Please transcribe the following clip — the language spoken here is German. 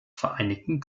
vereinigten